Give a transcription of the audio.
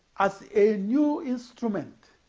as a new instrument